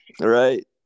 right